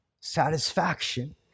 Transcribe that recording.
satisfaction